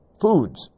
foods